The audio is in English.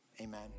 amen